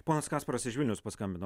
ponas kasparas iš vilniaus paskambino